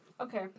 Okay